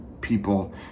people